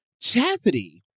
chastity